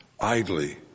idly